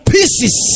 Pieces